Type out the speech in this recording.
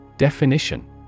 Definition